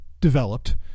developed